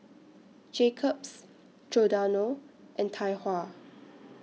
Jacob's Giordano and Tai Hua